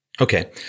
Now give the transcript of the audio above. Okay